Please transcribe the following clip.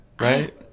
Right